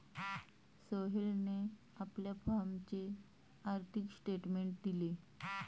सोहेलने आपल्या फॉर्मचे आर्थिक स्टेटमेंट दिले